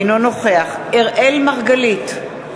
אינו נוכח אראל מרגלית,